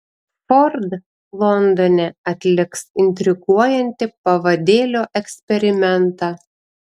ford londone atliks intriguojantį pavadėlio eksperimentą